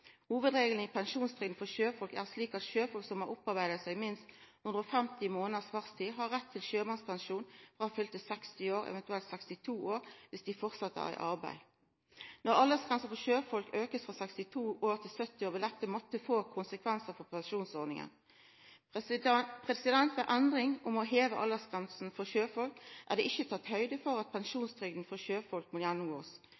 Hovudregelen i pensjonstrygda for sjøfolk er slik at sjøfolk som har opparbeidd seg minst 150 månaders fartstid, har rett til sjømannspensjon frå fylte 60 år, eventuelt 62 år, dersom dei framleis er i arbeid. Når aldersgrensa for sjøfolk blir auka frå 62 år til 70 år, vil dette måtta få konsekvensar for pensjonsordninga. Ved endringa om å heva aldersgrensa for sjøfolk er det ikkje tatt høgd for at